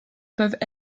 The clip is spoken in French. peuvent